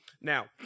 Now